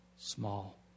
Small